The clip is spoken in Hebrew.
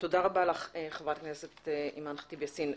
תודה רבה לך חה"כ אימאן ח'טיב יאסין.